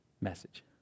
message